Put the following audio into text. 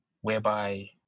whereby